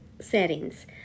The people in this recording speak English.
settings